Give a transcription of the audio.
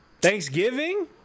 Thanksgiving